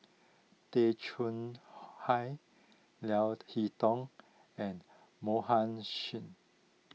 Tay Chong Hai Leo Hee Tong and Mohan Singh